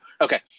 Okay